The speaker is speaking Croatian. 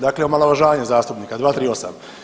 Dakle omalovažavanje zastupnika, 238.